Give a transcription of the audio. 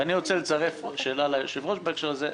שאלה ליושב-ראש בהקשר הזה.